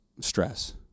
stress